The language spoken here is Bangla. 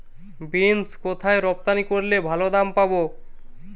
বিন্স কোথায় রপ্তানি করলে ভালো দাম পাব?